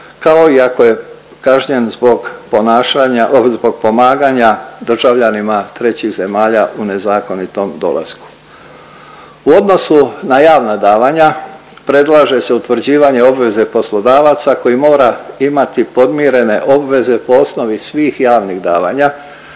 zbog ponašanja, zbog pomaganja državljanima trećih zemalja u nezakonitom dolasku. U odnosu na javna davanja, predlaže se utvrđivanje obveze poslodavaca koji mora imati podmirene obveze po osnovi svih radnih davanja,